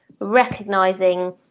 recognizing